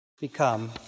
become